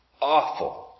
awful